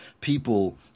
people